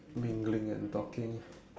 mingling and talking